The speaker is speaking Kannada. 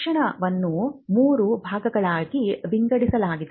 ಶಿಕ್ಷಣವನ್ನು ಮೂರು ಭಾಗಗಳಾಗಿ ವಿಂಗಡಿಸಬಹುದು